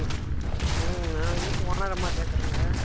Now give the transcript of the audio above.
ம் ம் நான் வீட்டு ஓனரம்மா பேசுகிறேங்க